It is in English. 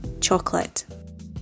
chocolate